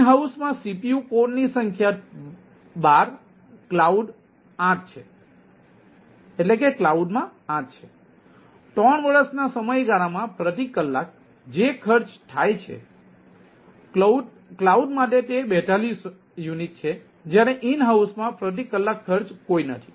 in હાઉસમાં CPU કોરની સંખ્યા 12 ક્લાઉડ 8 છે 3 વર્ષના સમયગાળામાં પ્રતિ કલાક જે ખર્ચ થાય છે કલાઉડ માટે તે 42 યુનિટ છે જ્યારે ઈન હાઉસમાં પ્રતિ કલાક ખર્ચ કોઈ નથી